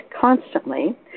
constantly